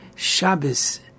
Shabbos